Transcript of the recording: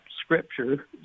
scripture